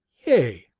yea,